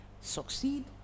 succeed